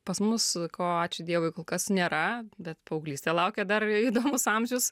pas mus ko ačiū dievui kol kas nėra bet paauglystė laukia dar iii įdomus amžius